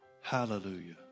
Hallelujah